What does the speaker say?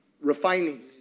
refining